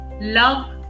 love